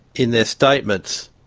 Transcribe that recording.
in their statements,